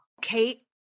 Kate